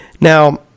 Now